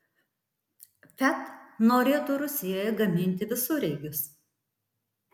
fiat norėtų rusijoje gaminti visureigius